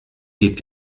geht